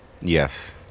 Yes